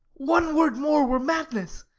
one word more were madness.